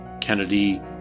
Kennedy